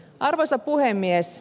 arvoisa puhemies